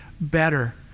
better